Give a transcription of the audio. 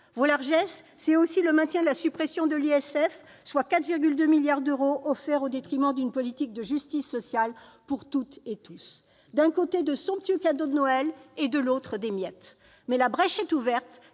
Vos largesses, c'est aussi le maintien de la suppression de l'ISF, soit 4,2 milliards d'euros offerts au détriment d'une politique de justice sociale pour toutes et tous. D'un côté, de somptueux cadeaux de Noël ; de l'autre, des miettes : mais la brèche est ouverte,